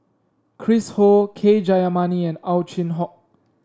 Chris Ho K Jayamani and Ow Chin Hock